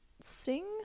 sing